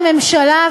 הממשלה,